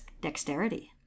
dexterity